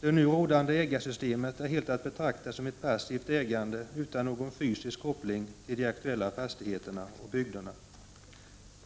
Det nu rådande ägarsystemet är helt och hållet att betrakta som ett passivt ägande utan någon fysisk koppling till de aktuella fastigheterna och bygderna.